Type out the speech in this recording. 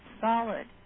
solid